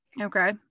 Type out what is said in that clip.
Okay